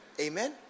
Amen